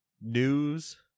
news